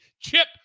Chip